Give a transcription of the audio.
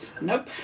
Nope